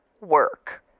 work